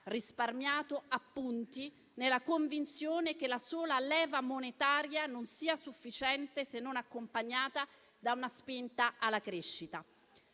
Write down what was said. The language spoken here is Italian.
risparmiato appunti nella convinzione che la sola leva monetaria non sia sufficiente se non accompagnata da una spinta alla crescita.